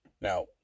Now